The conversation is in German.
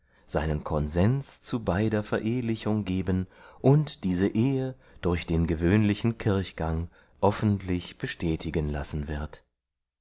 seinen konsens zu beider verehlichung geben und diese ehe durch den gewöhnlichen kirchgang offentlich bestätigen lassen wird